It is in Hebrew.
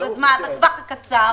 בטווח הקצר.